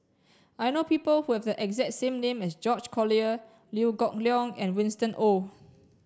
I know people who have the exact name as George Collyer Liew Geok Leong and Winston Oh